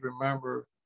remember